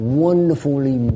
wonderfully